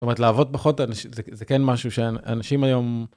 זאת אומרת, לעבוד פחות, זה כן משהו שאנשים היום...